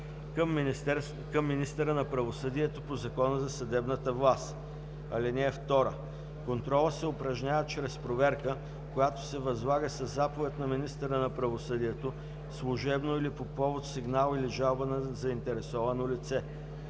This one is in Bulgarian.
към министъра на правосъдието по Закона за съдебната власт. (2) Контролът се упражнява чрез проверка, която се възлага със заповед на министъра на правосъдието служебно или по повод сигнал или жалба на заинтересовано лице.